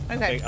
Okay